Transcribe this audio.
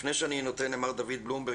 לפני שאני נותן למר דוד בלומברג,